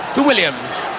to williams,